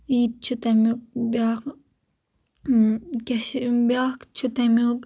یہِ تہِ چھُ تمیُک بیاکھ کیاہ چھِ بیاکھ چھُ تمیُک